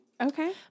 okay